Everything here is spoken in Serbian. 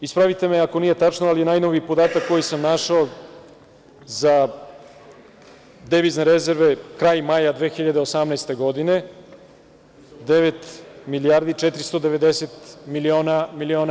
Ispravite me ako nije tačno, ali najnoviji podatak koji sam našao za devizne rezerve, kraj maja 2018. godine, devet milijardi i 490 miliona evra.